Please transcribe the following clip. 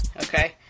okay